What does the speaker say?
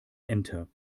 enter